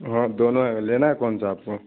ہاں دونوں ہے لینا ہے کون سا آپ کو